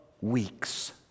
weeks